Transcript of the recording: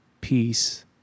peace